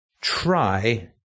try